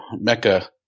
Mecca